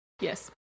Yes